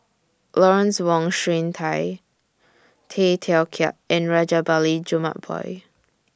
Lawrence Wong Shyun Tsai Tay Teow Kiat and Rajabali Jumabhoy